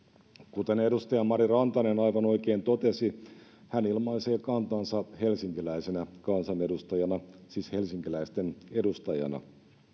kuten edustaja mari rantanen aivan oikein totesi hän ilmaisee kantansa helsinkiläisenä kansanedustajana siis helsinkiläisten edustajana